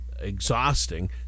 exhausting